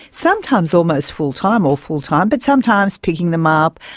sometimes almost full time or full time, but sometimes picking them up,